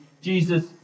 Jesus